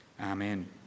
Amen